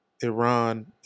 Iran